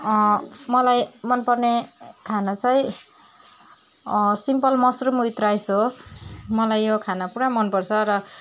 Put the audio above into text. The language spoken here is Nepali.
मलाई मनपर्ने खाना चाहिँ सिम्पल मसरुम विथ राइस हो मलाई यो खाना पुरा मनपर्छ र